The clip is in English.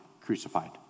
crucified